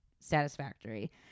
satisfactory